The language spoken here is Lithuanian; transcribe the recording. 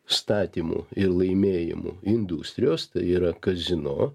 statymų ir laimėjimų industrijos tai yra kazino